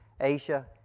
Asia